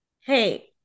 hey